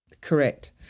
Correct